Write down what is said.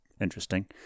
interesting